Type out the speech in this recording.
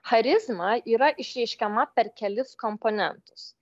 charizma yra išreiškiama per kelis komponentus